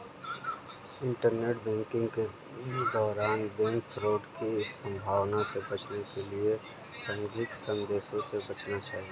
internet banking के दौरान bank fraud की संभावना से बचने के लिए संदिग्ध संदेशों से बचना चाहिए